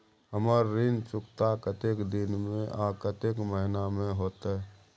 हमर ऋण चुकता कतेक दिन में आ कतेक महीना में होतै?